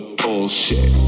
bullshit